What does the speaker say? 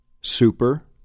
Super